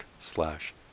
slash